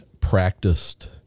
practiced